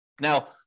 Now